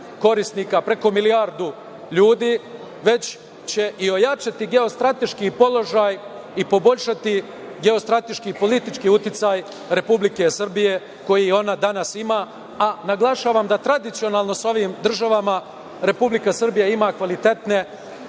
korisnika, preko milijardu ljudi, već će i ojačati geostrateški položaj i poboljšati geostrateški i politički uticaj Republike Srbije koji ona danas ima. Naglašavam da tradicionalno sa ovim državama Republika Srbija ima kvalitetne